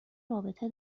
رابطه